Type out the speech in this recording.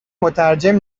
مترجم